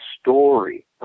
story